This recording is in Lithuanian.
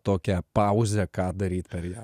tokią pauzę ką daryt per ją